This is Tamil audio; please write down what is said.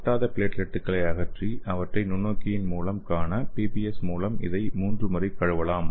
ஒட்டாத பிளேட்லெட்டுகளை அகற்றி அவற்றை நுண்ணோக்கின் கீழ் காண பிபிஎஸ் மூலம் இதை 3 முறை கழுவலாம்